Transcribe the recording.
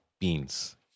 beans